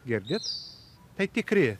girdit tai tikri